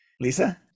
Lisa